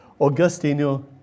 Augustino